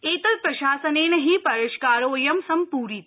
एतत् प्रशासनेन हि परिष्कारोऽयं सम्पूरित